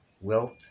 wealth